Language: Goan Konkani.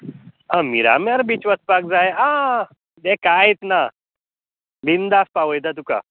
हां मिरामार बीच वचपाक जाय आं तें कांयच ना बिन्दास पावयता तुका